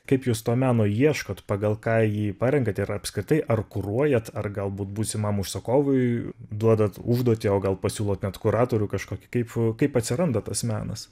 kaip jūs to meno ieškot pagal ką jį parenkate ir apskritai ar kuruojat ar galbūt būsimam užsakovui duodat užduotį o gal pasiūlot net kuratorių kažkokį kaip kaip atsiranda tas menas